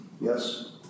Yes